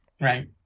Right